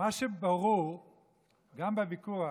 מה שברור בוויכוח,